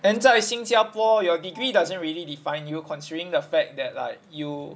then 在新加坡 your degree doesn't really define you considering the fact that like you